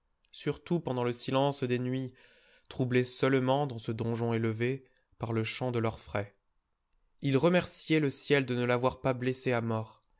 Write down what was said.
surtout pendant le silence des nuits troublé seulement dans ce donjon élevé par le chant de l'orfraie il remerciait le ciel de ne l'avoir pas blessée à mort